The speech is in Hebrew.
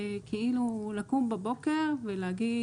זה כאילו לקום בבוקר ולהגיד: